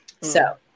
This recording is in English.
So-